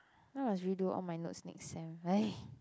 now I must redo all my notes next sem